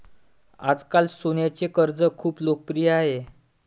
आजकाल सोन्याचे कर्ज खूप लोकप्रिय आहे